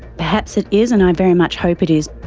perhaps it is and i very much hope it is.